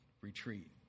retreat